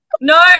no